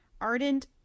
Ardent